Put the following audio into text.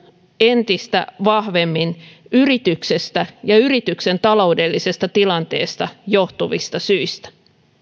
entistä vahvemmin yrityksestä ja yrityksen taloudellisesta tilanteesta johtuvista syistä